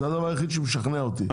זה הדבר היחיד שמשכנע אותי,